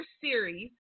series